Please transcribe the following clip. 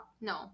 No